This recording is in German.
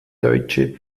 deutsche